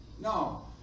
No